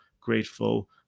grateful